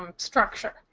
um structure.